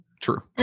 True